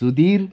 Sudhir